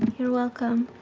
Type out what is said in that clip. you're welcome.